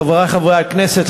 חברי חברי הכנסת,